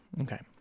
Okay